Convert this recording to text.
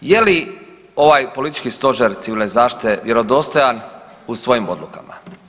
Je li ovaj politički stožer civilne zaštite vjerodostojan u svojim odlukama?